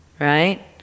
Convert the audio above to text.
right